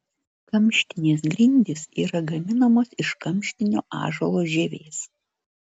kamštinės grindys yra gaminamos iš kamštinio ąžuolo žievės